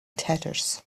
tatters